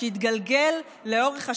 שהתגלגל לאורך השנים,